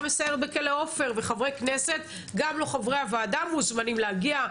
מסיירת בכלא עופר וחברי כנסת גם חברי הוועדה מוזמנים להגיע,